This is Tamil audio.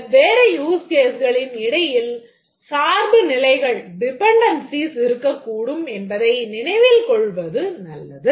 வெவ்வேறு usecaseகளின் இடையில் சார்பு நிலைகள் இருக்கக்கூடும் என்பதை நினைவில் கொள்வது நல்லது